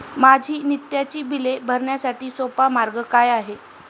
माझी नित्याची बिले भरण्यासाठी सोपा मार्ग काय आहे?